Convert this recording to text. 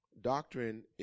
doctrine